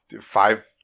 five